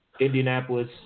indianapolis